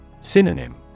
Synonym